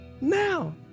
now